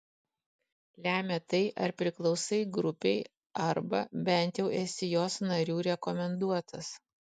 lemia tai ar priklausai grupei arba bent jau esi jos narių rekomenduotas